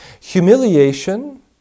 Humiliation